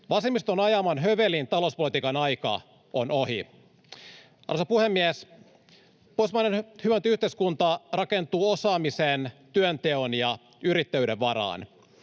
Vasemmiston ajaman hövelin talouspolitiikan aika on ohi. Arvoisa puhemies! Pohjoismainen hyvinvointiyhteiskunta rakentuu osaamisen, työnteon ja yrittäjyyden varaan.